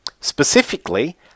Specifically